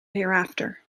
hereafter